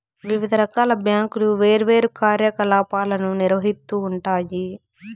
వివిధ రకాల బ్యాంకులు వేర్వేరు కార్యకలాపాలను నిర్వహిత్తూ ఉంటాయి